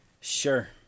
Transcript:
Sure